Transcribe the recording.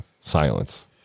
silence